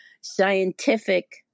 scientific